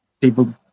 people